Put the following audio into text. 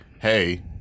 hey